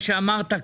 מה שאמרת,